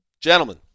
Gentlemen